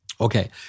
Okay